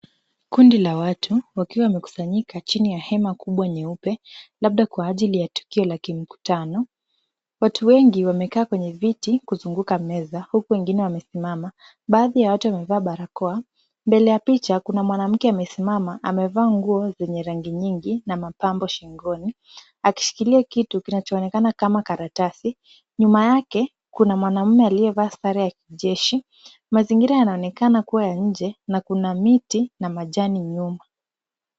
Kundi la watu wakiwa wamekusanyika chini ya hema kubwa nyeupe labda kwa ajili ya tukio la kimkutano. Watu wengi wamekaa kwenye viti kuzunguka meza huku wengine wamesimama baadhi ya watu wamevaa barakoa. Mbele ya picha kuna mwanamke amesimama amevaa nguo zenye rangi nyingi na mapambo shingoni, akishikilia kitu kinachoonekana kama karatasi. Nyuma yake kuna mwanaume aliyevaa sare ya kijeshi, mazingira yanaonekana kuwa ya nje na kuna miti na majani nyuma.